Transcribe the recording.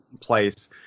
place